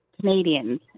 Canadians